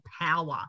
power